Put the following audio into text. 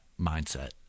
mindset